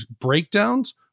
breakdowns